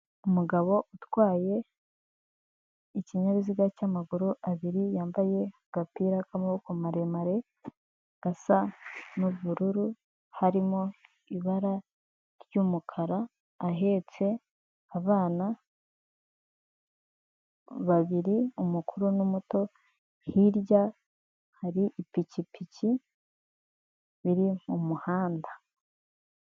Umugabo utwaye ikinyabiziga cy'amaguru abiri, yambaye agapira k'amaboko maremare, gasa n'ubururu, harimo ibara ry'umukara, ahetse abana babiri umukuru n'umuto, hirya hari ipikipiki, iri mu muhanda.